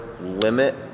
limit